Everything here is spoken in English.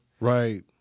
Right